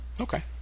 Okay